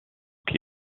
qui